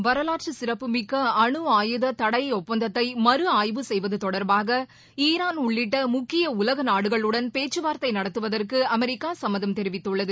வரலாற்றுசிறப்புமிக்கஅனுஆயுததனடஒப்பந்தத்தை ஆய்வு செய்வததொடர்பாகஈரான் மறு உள்ளிட்டமுக்கியஉலகநாடுகளுடன் பேச்சுவார்த்தைநடத்துவதற்குஅமெரிக்காசம்மதம் தெரிவித்துள்ளது